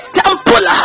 temple